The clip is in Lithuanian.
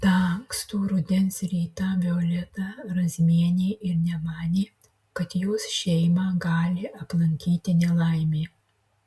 tą ankstų rudens rytą violeta razmienė ir nemanė kad jos šeimą gali aplankyti nelaimė